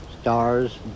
stars